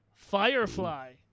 Firefly